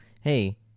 Hey